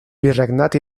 virregnat